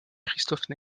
christophe